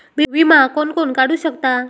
विमा कोण कोण काढू शकता?